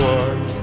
one